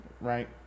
right